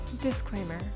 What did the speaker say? Disclaimer